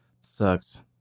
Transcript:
sucks